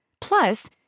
Plus